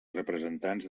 representants